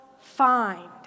find